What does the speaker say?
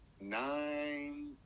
Nine